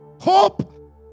hope